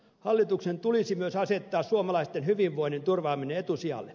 hallituksen tulisi myös asettaa suomalaisten hyvinvoinnin turvaaminen etusijalle